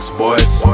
boys